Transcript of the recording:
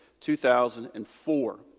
2004